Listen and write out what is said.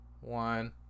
one